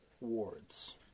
wards